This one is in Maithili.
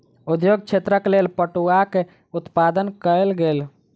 उद्योग क्षेत्रक लेल पटुआक उत्पादन कयल गेल